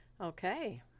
Okay